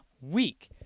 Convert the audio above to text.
week